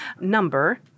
number